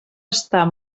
estar